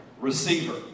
receiver